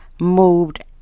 moved